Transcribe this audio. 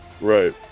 right